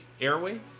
airway